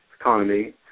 economy